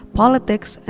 politics